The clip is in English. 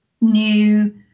new